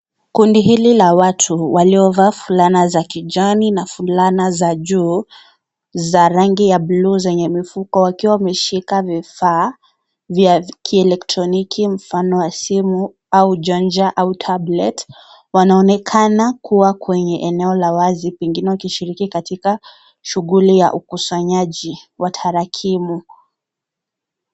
Kundi hili la watu waliovaa fulana za kijani na fulana za joho za rangi ya blue zenye mifuko wakiwa wameshika vifaa vya kielektroniki mfano wa simu au chaja au tablet wanaonekana kuwa kwenye eneo la wazi pengine wakishiriki katika shughuli ya ukusanyaji wa tarakimu.